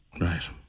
Right